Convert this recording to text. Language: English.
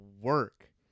work